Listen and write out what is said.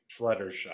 Fluttershy